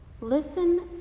Listen